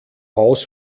haus